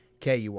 KUR